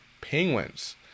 Penguins